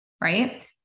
right